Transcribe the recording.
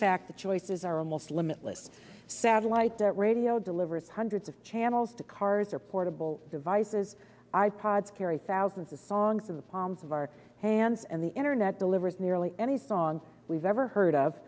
fact the choices are almost limitless satellite radio delivers hundreds of channels to cars or portable devices i pods carry thousands of songs in the palm of our hands and the internet delivers nearly any song we've ever heard of